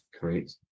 Great